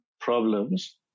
problems